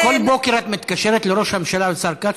כל בוקר את מתקשרת לראש הממשלה ולשר כץ,